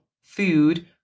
food